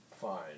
Fine